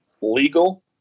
legal